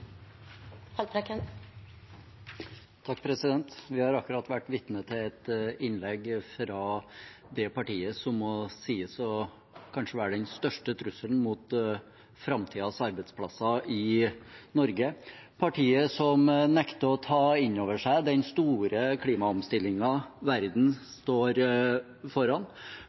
Vi har akkurat vært vitne til et innlegg fra det partiet som må sies å være kanskje den største trusselen mot framtidens arbeidsplasser i Norge, partiet som nekter å ta inn over seg den store klimaomstillingen verden står foran,